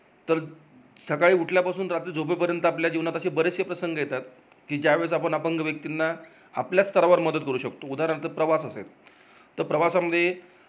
तर सकाळी उठल्यापासून रात्री झोपेपर्यंत आपल्या जीवनात असे बरेचसे प्रसंग येतात की ज्या वेळेस आपण अपंग व्यक्तींना आपल्याच स्तरावर मदत करू शकतो उदाहरणार्थ प्रवास असेल तर प्रवासामध्ये